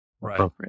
Right